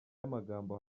y’amagambo